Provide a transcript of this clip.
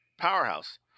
powerhouse